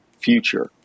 future